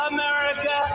America